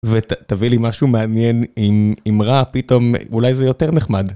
ותביא לי משהו מעניין אם אם רע פתאום אולי זה יותר נחמד.